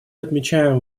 отмечаем